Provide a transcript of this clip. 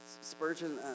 Spurgeon